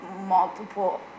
multiple